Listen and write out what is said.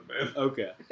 okay